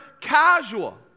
casual